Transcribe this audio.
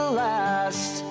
last